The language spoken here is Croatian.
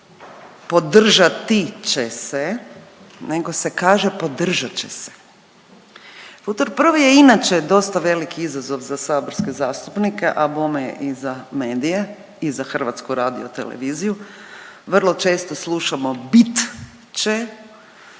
podržati će se nego se kaže podržat će se. Futur prvi je inače dosta veliki izazov za saborske zastupnike, a bome i za medije i za HRT, vrlo često slušamo bit će